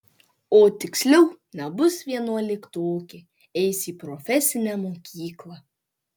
o tiksliau nebus vienuoliktokė eis į profesinę mokyklą